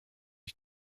ich